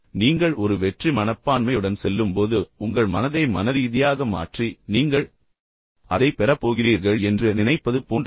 எனவே நீங்கள் ஒரு வெற்றி மனப்பான்மையுடன் செல்லும்போது உங்கள் மனதை மனரீதியாக மாற்றி நீங்கள் அதைப் பெறப் போகிறீர்கள் என்று நினைப்பது போன்றது